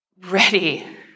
ready